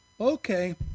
Okay